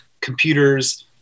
computers